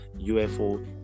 ufo